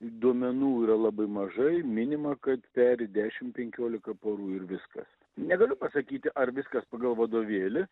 duomenų yra labai mažai minima kad peri dešimt penkiolika porų ir viskas negaliu pasakyti ar viskas pagal vadovėlį